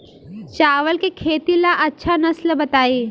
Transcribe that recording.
चावल के खेती ला अच्छा नस्ल बताई?